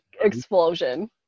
explosion